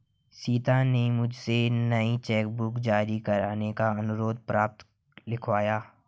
सीता ने मुझसे नई चेक बुक जारी करने का अनुरोध पत्र लिखवाया